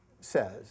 says